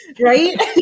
Right